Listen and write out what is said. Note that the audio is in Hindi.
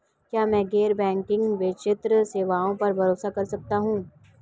क्या मैं गैर बैंकिंग वित्तीय सेवाओं पर भरोसा कर सकता हूं?